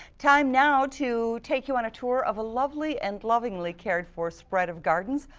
time now to take you on a tour of a lovely and lovingly cared for spread of gardens,